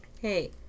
Hey